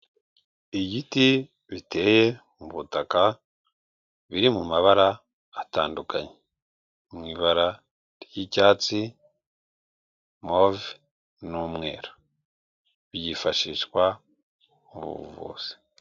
Igiti biteye mu butaka biri mu mabara atandukanye, mu ibara ry'icyatsi, move n'umweru, byifashishwa mu buvuzi.